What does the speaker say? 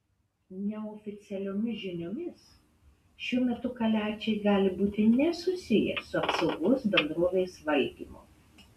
neoficialiomis žiniomis šiuo metu kaliačiai gali būti nesusiję su apsaugos bendrovės valdymu